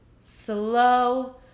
slow